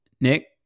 Nick